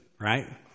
Right